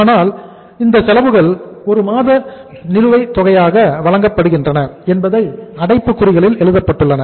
ஆனால் இந்த செலவுகள் ஒரு மாத நிலுவைத் தொகையாக வழங்கப்படுகின்றன என்பதை அடைப்புக்குறியில் எழுதப்பட்டுள்ளன